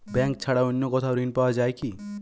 Bank ছাড়া অন্য কোথাও ঋণ পাওয়া যায় কি?